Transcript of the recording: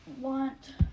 want